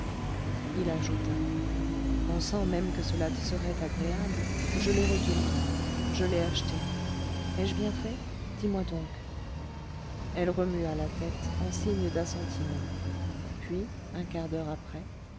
il ajouta pensant même que cela te serait agréable je l'ai retenue je l'ai achetée ai-je bien fait dis-moi donc elle remua la tête en signe d'assentiment puis un quart d'heure après